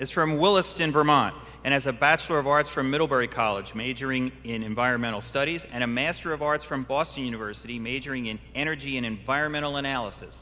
from vermont and has a bachelor of arts from middlebury college majoring in environmental studies and a master of arts from boston university majoring in energy and environmental analysis